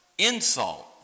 Insult